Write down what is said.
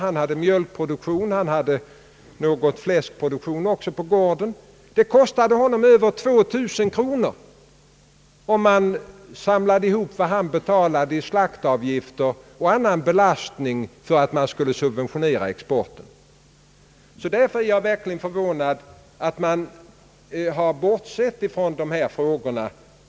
Där fanns mjölkproduktion och någon fläskproduktion. Det kostade ägaren över 2000 kronor om man lade ihop vad han betalade i slaktavgifter och andra avgifter för att man skulle subventionera exporten. Därför är jag verkligen förvånad över att man har bortsett från dessa frågor.